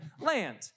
land